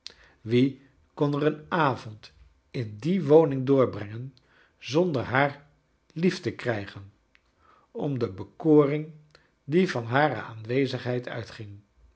wie kon er een avond in die woning doorbrengen zonder haar lief te krijgen om de bakoring die van hare aanwezigheid uitgmg